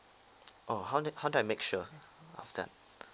oh how do how do I make sure of that